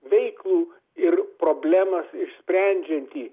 veiklų ir problemas išsprendžiantį